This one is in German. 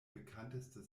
bekannteste